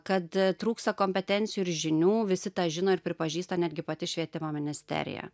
kad trūksta kompetencijų ir žinių visi tą žino ir pripažįsta netgi pati švietimo ministerija